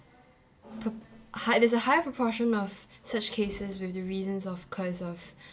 p~ hi~ there's a higher proportion of such cases with the reasons of cause of